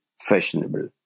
fashionable